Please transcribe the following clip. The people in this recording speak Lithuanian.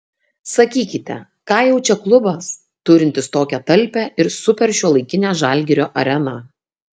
sakykite ką jaučia klubas turintis tokią talpią ir superšiuolaikinę žalgirio areną